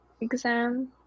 exam